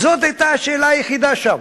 זאת היתה השאלה היחידה שם.